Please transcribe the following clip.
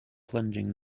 plunging